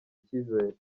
icyizere